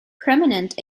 prominent